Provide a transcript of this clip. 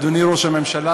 אדוני ראש הממשלה,